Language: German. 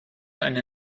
eine